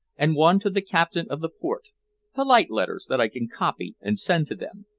and one to the captain of the port polite letters that i can copy and send to them.